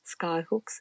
skyhooks